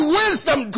wisdom